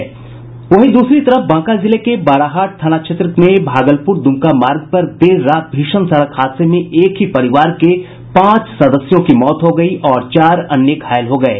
वहीं बांका जिले के बाराहाट थाना क्षेत्र में भागलपुर दुमका मार्ग पर देर रात भीषण सड़क हादसे में एक ही परिवार के पांच सदस्यों की मौत हो गयी और चार अन्य घायल हो गये